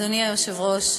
אדוני היושב-ראש,